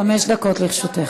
חמש דקות לרשותך.